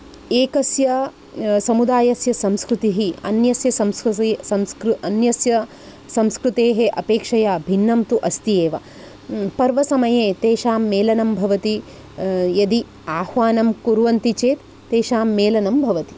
एकस्य समुदायस्य संस्कृतिः अन्यस्य संस्कृ अन्यस्य संस्कृतेः अपेक्षया भिन्नं तु अस्ति एव पर्वसमये तेषां मेलनं भवति यदि आह्वानं कुर्वन्ति चेत् तेषां मेलनं भवति